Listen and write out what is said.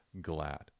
glad